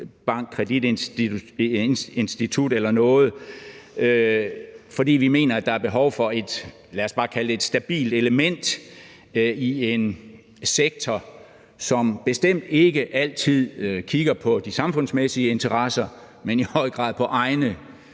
bank, kreditinstitut eller noget, fordi vi mener, at der er behov for et, lad os bare kalde det et stabilt element i en sektor, som bestemt ikke altid kigger på de samfundsmæssige interesser, men i høj grad på egne